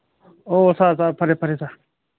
ꯑꯣ ꯁꯥꯔ ꯁꯥꯔ ꯐꯔꯦ ꯐꯔꯦ ꯁꯥꯔ